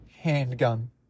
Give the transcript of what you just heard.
handgun